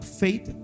faith